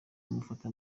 bamufata